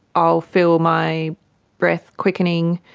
i'll feel my breath quickening,